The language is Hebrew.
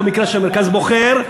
במקרה שהמרכז בוחר,